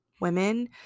women